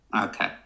Okay